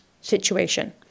situation